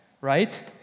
Right